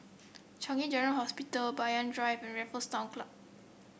Changi General Hospital Banyan Drive Raffles Town Club